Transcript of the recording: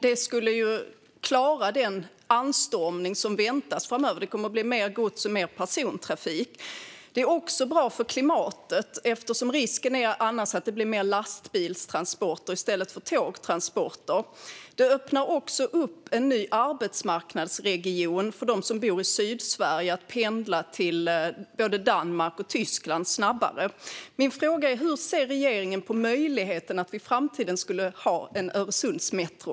Det skulle klara den anstormning som väntas framöver. Det kommer att bli mer gods och mer persontrafik. Det vore också bra för klimatet. Risken är annars att det blir mer lastbilstransporter i stället för tågtransporter. Det skulle också öppna en ny arbetsmarknadsregion för dem som bor i Sydsverige att kunna pendla till både Danmark och Tyskland snabbare. Min fråga är: Hur ser regeringen på möjligheten att vi i framtiden skulle kunna ha en Öresundsmetro?